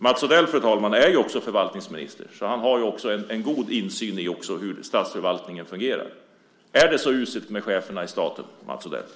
Mats Odell, fru talman, är ju också förvaltningsminister. Han har alltså god insikt i hur statsförvaltningen fungerar. Är det så uselt med cheferna i staten, Mats Odell?